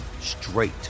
straight